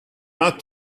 not